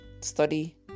study